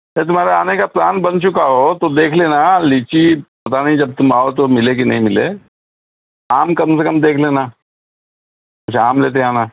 تمہارا آنے کا پلان بن چکا ہو تو دیکھ لینا لیچی پتہ نہیں جب تم آؤ تو ملے کہ نہیں ملے آم کم سے کم دیکھ لینا اچھا آم لیتے آنا